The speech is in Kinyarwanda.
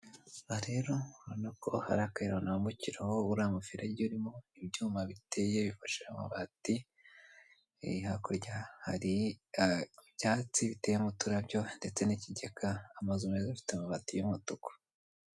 Ni nyubako itanga serivise, harimo umugabo wambaye umupira w'umweru wakira abamugana. Hari umugabo uje ateruye umwana, akaba yambaye rinete ndetse n'ipantaro y'umukara.